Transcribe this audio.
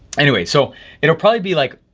anyway, so it'll probably be like,